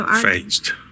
Phased